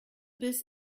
biss